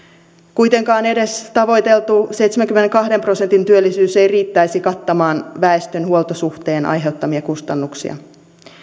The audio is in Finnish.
kuitenkaan edes tavoiteltu seitsemänkymmenenkahden prosentin työllisyys ei riittäisi kattamaan väestön huoltosuhteen aiheuttamia kustannuksia